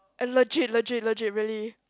a legit legit legit really